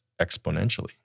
exponentially